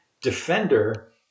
defender